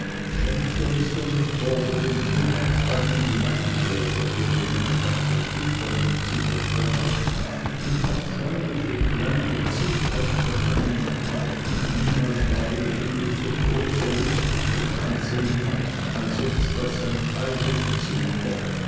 mr micawber den punsch statt in die weingläser von denen ein ganzer tisch voll im zimmer stand in abscheuliche kleine zinntöpfe ein und niemals habe ich ihn mit so großer lust trinken sehen als jetzt aus seinem eignen